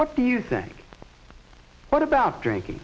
what do you think what about drinking